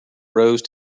rose